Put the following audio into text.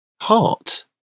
heart